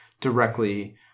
directly